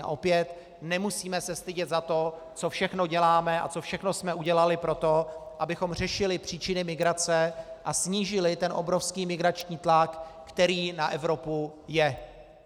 A opět, nemusíme se stydět za to, co všechno děláme a co všechno jsme udělali pro to, abychom řešili příčiny migrace a snížili obrovský migrační tlak, který na Evropu je.